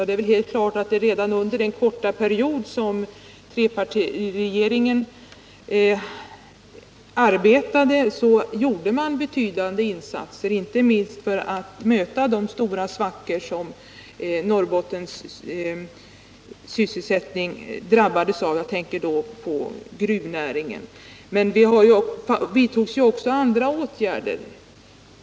Det är helt klart att redan under den korta tid som trepartiregeringen arbetade gjorde man betydande insatser inte minst för att möta de stora svackor som Norrbottens sysselsättning drabbats av — jag tänker då på gruvnäringen. Men det vidtogs också andra åtgärder.